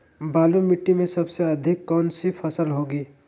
बालू मिट्टी में सबसे अधिक कौन सी फसल होगी?